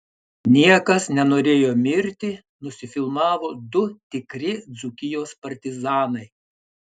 niekas nenorėjo mirti nusifilmavo du tikri dzūkijos partizanai